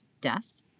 death